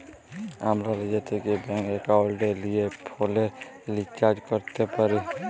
আমরা লিজে থ্যাকে ব্যাংক একাউলটে লিয়ে ফোলের রিচাজ ক্যরতে পারি